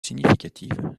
significative